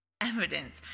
evidence